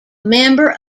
member